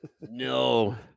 No